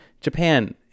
Japan